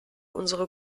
unsere